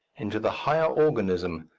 into the higher organism,